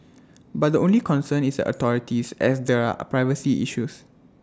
but the only concern is the authorities as there are A privacy issues